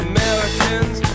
Americans